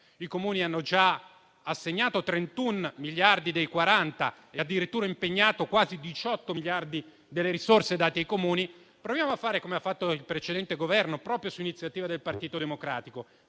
i Comuni hanno già assegnato 31 dei 40 miliardi, e addirittura hanno impegnato quasi 18 miliardi delle risorse loro assegnate, proviamo a fare come ha fatto il precedente Governo proprio su iniziativa del Partito Democratico,